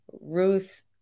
Ruth